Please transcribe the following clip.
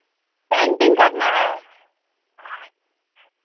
painting करना है